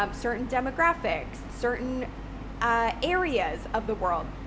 um certain demographics, certain ah areas of the world,